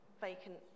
vacant